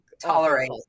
tolerate